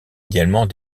également